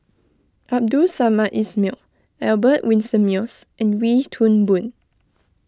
Abdul Samad Ismail Albert Winsemius and Wee Toon Boon